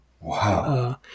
Wow